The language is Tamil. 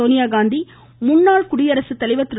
சோனியாகாந்தி முன்னாள் குடியரசு தலைவர் திரு